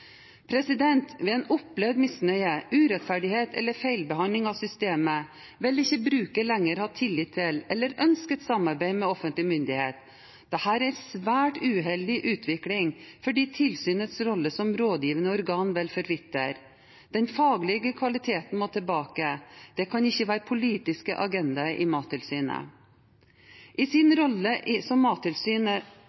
Ved opplevd misnøye, urettferdighet eller feilbehandling av systemet vil ikke brukerne lenger ha tillit til eller ønske et samarbeid med offentlig myndighet. Dette er en svært uheldig utvikling fordi tilsynets rolle som rådgivende organ vil forvitre. Den faglige kvaliteten må tilbake – det kan ikke være politiske agendaer i Mattilsynet. I sin